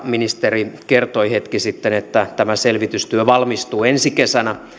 ministeri kertoi hetki sitten että tämä selvitystyö valmistuu ensi kesänä